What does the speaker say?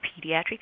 Pediatric